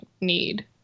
need